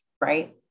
right